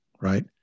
right